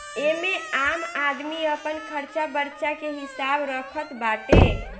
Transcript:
एमे आम आदमी अपन खरचा बर्चा के हिसाब रखत बाटे